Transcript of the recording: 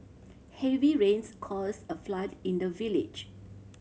heavy rains caused a flood in the village